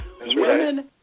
Women